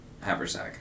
haversack